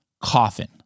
coffin